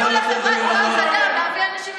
הם ילכו לחברת כוח אדם להביא אנשים.